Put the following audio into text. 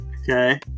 Okay